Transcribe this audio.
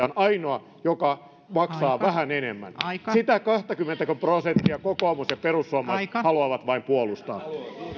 on ainoa joka maksaa vähän enemmän sitä kahtakymmentä prosenttiako kokoomus ja perussuomalaiset haluavat vain puolustaa